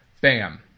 bam